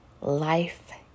Life